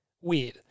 Weird